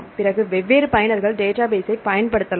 பிறகு வெவ்வேறு பயனர்கள் டேட்டாபேஸ்ஸை பயன்படுத்தலாம்